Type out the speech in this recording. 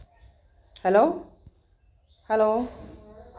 hello hello